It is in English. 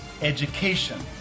education